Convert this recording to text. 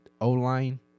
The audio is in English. O-line